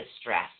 stress